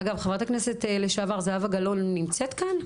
אגב חברת הכנסת לשעבר זהבה גלאון נמצאת כאן?